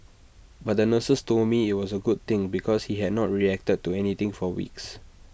but the nurses told me IT was A good thing because he had not reacted to anything for weeks